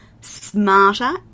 smarter